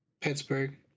Pittsburgh